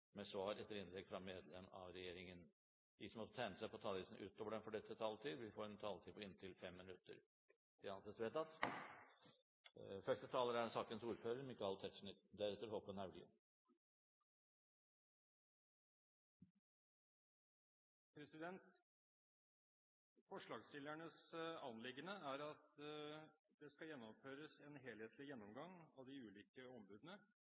de som måtte tegne seg på talerlisten utover den fordelte taletid, får en taletid på inntil 3 minutter. – Det anses vedtatt. Forslagsstillernes anliggende er at det skal gjennomføres en helhetlig gjennomgang av de ulike ombudene,